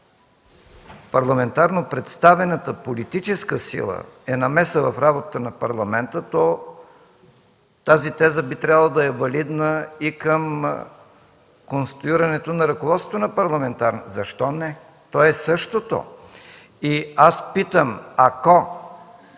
парламентарно представената политическа сила е намеса в работата на Парламента, то тази теза би трябвало да е валидна и към конституирането на ръководството. Защо не? То е същото. Аз питам: ако